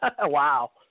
Wow